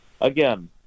again